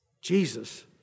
Jesus